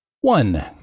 One